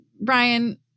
Brian